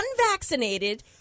unvaccinated